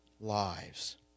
Lives